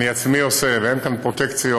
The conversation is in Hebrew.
אני עצמי עושה ואין כאן פרוטקציות.